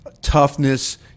toughness